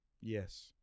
Yes